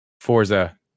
Forza